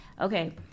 Okay